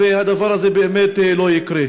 והדבר הזה באמת לא יקרה.